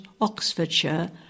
Oxfordshire